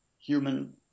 human